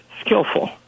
skillful